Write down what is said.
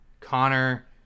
Connor